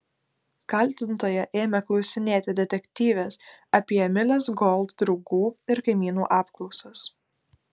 kaltintoja ėmė klausinėti detektyvės apie emilės gold draugų ir kaimynų apklausas